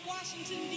Washington